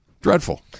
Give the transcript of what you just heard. Dreadful